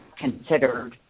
considered